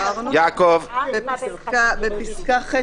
בפסקה ח',